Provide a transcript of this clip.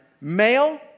male